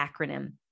acronym